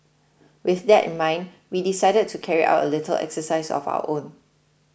with that in mind we decided to carry out a little exercise of our own